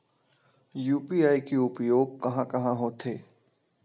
UPI के उपयोग कहां कहा होथे?